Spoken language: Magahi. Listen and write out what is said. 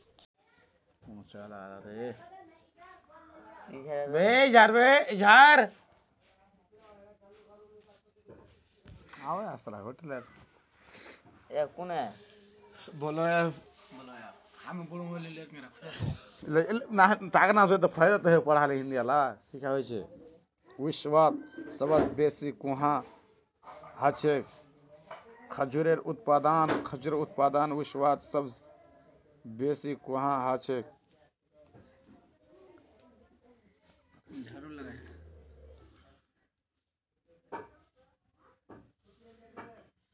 खजूरेर उत्पादन विश्वत सबस बेसी कुहाँ ह छेक